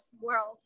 world